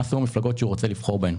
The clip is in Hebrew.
מה עשו המפלגות שהוא רוצה לבחור בהן.